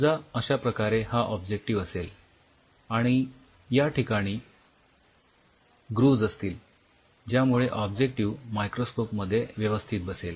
समजा अश्याप्रकारे हा ऑब्जेक्टिव्ह असेल आणि याठिकाणी ग्रूव्हज असतील ज्यामुळे ऑब्जेक्टिव्ह मायक्रोस्कोप मध्ये व्यवस्थित बसेल